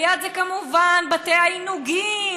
וליד זה כמובן בתי העינוגים,